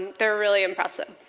they're really impressive.